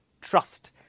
trust